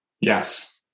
Yes